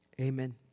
amen